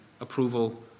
approval